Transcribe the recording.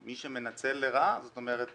מי שמנצל לרעה, זאת אומרת,